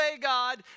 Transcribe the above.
God